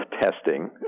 testing